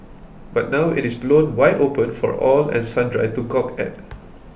but now it is blown wide open for all and sundry to gawk at